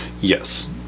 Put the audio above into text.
Yes